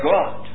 God